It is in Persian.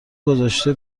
گذاشته